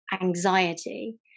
anxiety